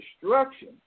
destruction